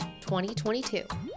2022